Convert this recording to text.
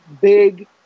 Big